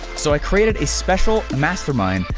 so i created a special mastermind,